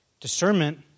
Discernment